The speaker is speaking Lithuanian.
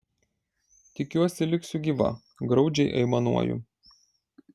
tikiuosi liksiu gyva graudžiai aimanuoju